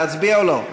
להצביע או לא?